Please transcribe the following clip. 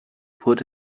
put